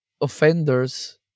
offenders